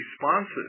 responses